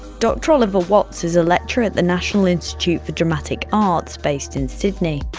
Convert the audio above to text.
dr oliver watts is a lecturer at the national institute for dramatic arts based in sydney.